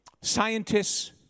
Scientist's